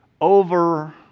over